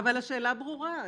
אבל השאלה ברורה.